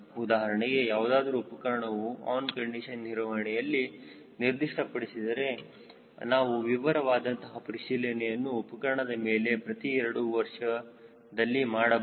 ಉದಾಹರಣೆಗೆ ಯಾವುದಾದರೂ ಉಪಕರಣವು ಆನ್ ಕಂಡೀಶನ್ ನಿರ್ವಹಣೆಯಲ್ಲಿ ನಿರ್ದಿಷ್ಟ ಪಡಿಸಿದ್ದರೆ ನಾವು ವಿವರವಾದಂತಹ ಪರಿಶೀಲನೆಯನ್ನು ಉಪಕರಣದ ಮೇಲೆ ಪ್ರತಿ 2 ವರ್ಷದಲ್ಲಿ ಮಾಡಬಹುದು